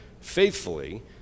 faithfully